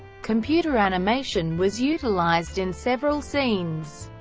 computer animation was utilized in several scenes,